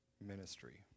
ministry